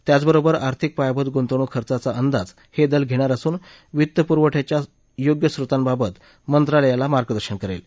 त्याचबरोबर वाषिक पायाभूत गुंतवणूक खर्चाचा अंदाज हे दल घेणार असून वित्त पुरवठयाच्या योग्या स्रोतांबाबत मंत्रालयाला मार्गदर्शन करेल